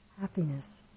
happiness